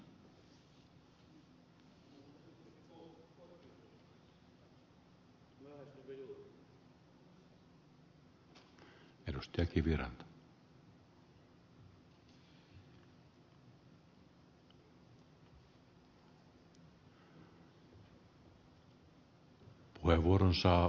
arvoisa puhemies